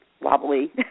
wobbly